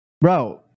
bro